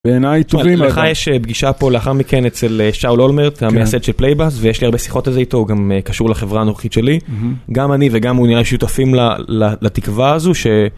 בעיניי טובים, לך יש פגישה פה לאחר מכן אצל שאולולמרט, המייסד של פלייבאס, ויש לי הרבה שיחות על זה איתו, גם קשור לחברה הנורחית שלי, גם אני וגם הוא נראה שיותפים לתקווה הזו,